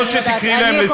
אז או שתקראי אותם לסדר,